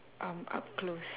um up close